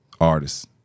artists